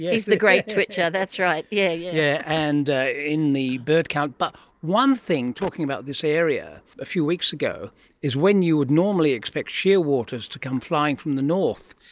yeah he's the great twitcher, that's right, yeah. yeah and in the bird count, but one thing, talking about this area, a few weeks ago is when you would normally expect shearwaters to come flying from the north,